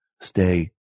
Stay